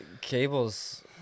Cable's